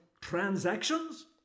Transactions